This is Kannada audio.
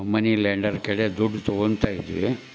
ಮನಿ ಲ್ಯಾಂಡರ್ ಕಡೆ ದುಡ್ಡು ತಗೋತ ಇದ್ವಿ